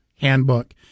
handbook